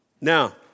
Now